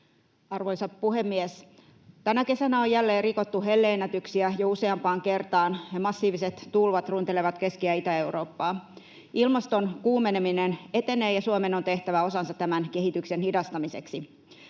Arvoisa puhemies! Tänä kesänä on jälleen rikottu helle-ennätyksiä jo useampaan kertaan, ja massiiviset tulvat runtelevat Keski-ja Itä-Eurooppaa. Ilmaston kuumeneminen etenee, ja Suomen on tehtävä osansa tämän kehityksen hidastamiseksi.